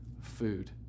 food